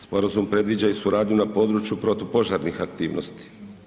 Sporazum predviđa i suradnju na području protupožarnih aktivnosti.